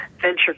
venture